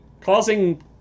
causing